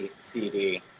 CD